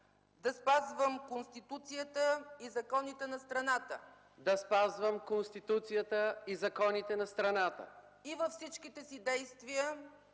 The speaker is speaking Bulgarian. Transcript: да спазвам Конституцията и законите на страната и във всичките си действия